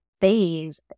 phase